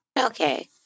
Okay